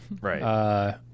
Right